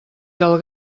del